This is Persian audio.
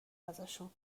ازشون